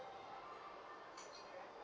okay